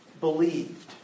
believed